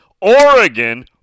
Oregon